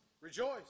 Rejoice